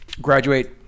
graduate